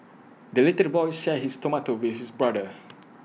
the little boy shared his tomato with his brother